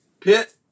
pit